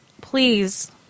please